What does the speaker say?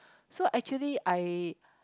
so actually I